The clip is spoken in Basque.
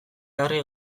herri